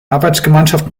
arbeitsgemeinschaft